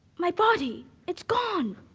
my body, it's gone.